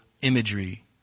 imagery